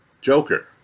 Joker